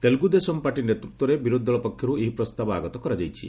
Telugu Desam party ନେତୃତ୍ୱରେ ବିରୋଧୀ ଦଳ ପକ୍ଷରୁ ଏହି ପ୍ରସ୍ତାବ ଆଗତ କରାଯାଇଛି